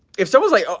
if someone's like,